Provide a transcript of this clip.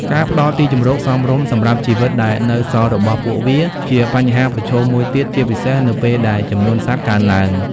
ការផ្តល់ទីជម្រកសមរម្យសម្រាប់ជីវិតដែលនៅសល់របស់ពួកវាជាបញ្ហាប្រឈមមួយទៀត ជាពិសេសនៅពេលដែលចំនួនសត្វកើនឡើង។